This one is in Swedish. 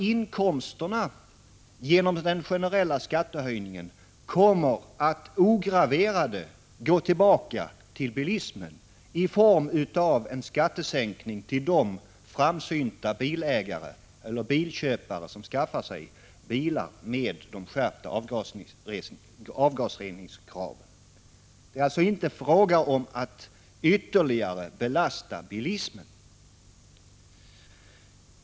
Inkomsterna genom den generella skattehöjningen kommer nämligen att ograverade gå tillbaka till bilismen i form av en skattesänkning för de framsynta bilköpare som skaffar sig bilar som uppfyller de skärpta avgasreningskraven. Det är alltså inte fråga om att ytterligare belasta bilismen.